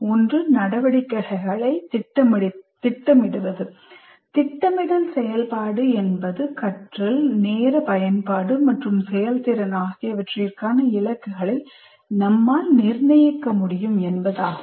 ஒன்று நடவடிக்கைகளைத் திட்டமிடுவது திட்டமிடல் செயல்பாடு என்பது கற்றல் நேர பயன்பாடு மற்றும் செயல்திறன் ஆகியவற்றிற்கான இலக்குகளை நம்மால் நிர்ணயிக்க முடியும் என்பதாகும்